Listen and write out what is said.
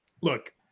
look